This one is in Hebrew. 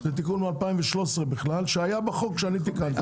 זה תיקון מ-2103 בכלל שהיה בחוק שאני תיקנתי.